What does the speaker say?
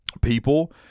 people